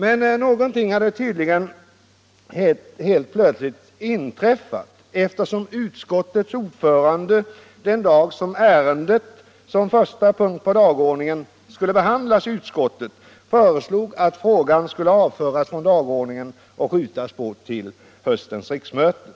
Men någonting hade tydligen helt plötsligt inträffat, eftersom utskottets ordförande den dag ärendet såsom första punkt på dagordningen skulle behandlas i utskottet föreslog att frågan skulle avföras från dagordningen och uppskjutas till höstens riksmöte.